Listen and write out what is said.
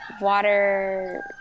water